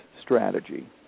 strategy